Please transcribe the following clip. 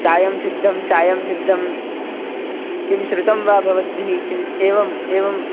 चायं सिद्धं चायं सिद्धं किं श्रुतं वा भवद्भिः किम् एवम् एवम्